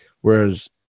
Whereas